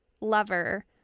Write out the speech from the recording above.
lover